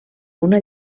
una